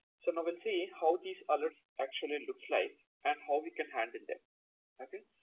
sort of and see how these alerts actually look like and how we can handle them okay.